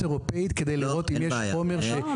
האירופית כדי לראות האם יש חומר שנמצא או לא נמצא?